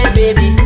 baby